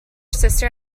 sister